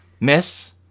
Miss